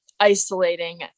isolating